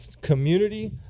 community